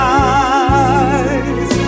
eyes